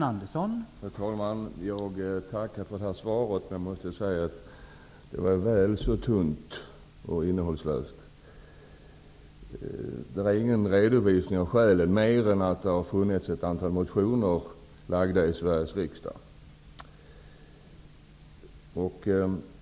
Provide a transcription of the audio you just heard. Herr talman! Jag tackar för svaret, men jag måste säga att det var tunt och innehållslöst. Det gjordes ingen redovisning, förutom att det har förekommit ett antal motioner i Sveriges riksdag.